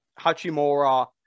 Hachimura